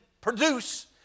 produce